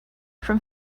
from